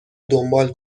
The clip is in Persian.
دنبال